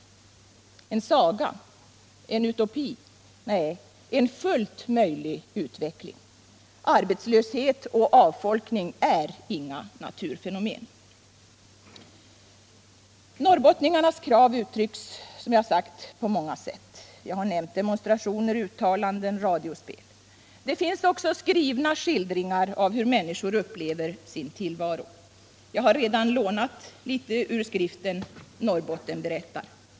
En saga? En utopi? Nej, en fullt möjlig utveckling. Arbetslöshet och avfolkning är inga naturfenomen. Norrbottningarnas krav uttrycks på många sätt. Jag har nämnt demonstrationer, uttalanden och radiospel. Det finns också skrivna skildringar av hur människor upplever sin tillvaro. Jag har redan lånat litet ur skriften Norrbotten berättar.